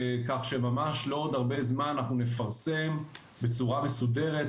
כך שממש לא עוד הרבה זמן אנחנו נפרסם בצורה מסודרת,